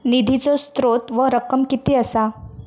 निधीचो स्त्रोत व रक्कम कीती असा?